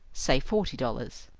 say forty dollars.